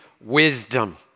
wisdom